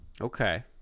Okay